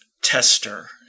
tester